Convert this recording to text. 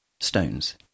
Stones